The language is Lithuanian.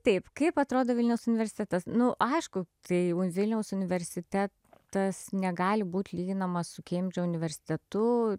taip kaip atrodo vilniaus universitetas nu aišku tai vilniaus universitetas negali būt lyginamas su kembridžo universitetu